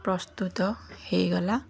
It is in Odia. ପ୍ରସ୍ତୁତ ହେଇଗଲା